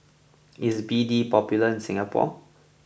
is B D popular in Singapore